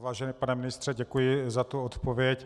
Vážený pane ministře, děkuji za odpověď.